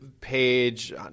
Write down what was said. page